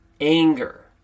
anger